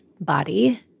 body